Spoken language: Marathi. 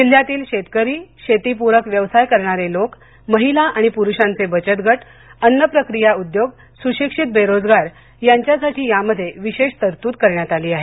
जिल्ह्यातील शेतकरी शेतीपूरक व्यवसाय करणारे लोक महिला आणि प्रुषांचे बचतगट अन्न प्रक्रिया उद्योग सुशिक्षीत बेरोजगार यांच्यासाठी यामध्ये विशेष तरतूद करण्यात आली आहे